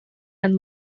and